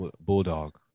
Bulldog